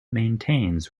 maintains